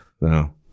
No